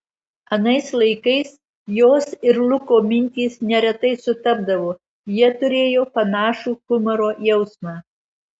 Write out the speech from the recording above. anais laikais jos ir luko mintys neretai sutapdavo jie turėjo panašų humoro jausmą